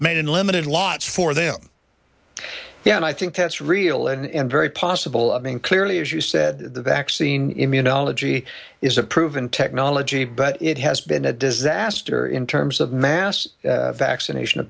made in limited lots for them then i think that's real and very possible i mean clearly as you said the vaccine immunology is a proven technology but it has been a disaster in terms of mass vaccination of